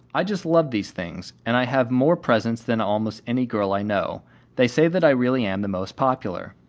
i just love these things, and i have more presents than almost any girl i know they say that i really am the most popular.